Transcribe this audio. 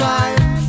time